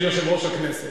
של יושב-ראש הכנסת.